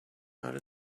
other